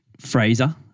Fraser